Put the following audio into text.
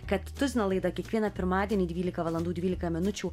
kad tuzino laida kiekvieną pirmadienį dvylika valandų dvylika minučių